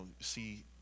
see